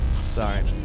sorry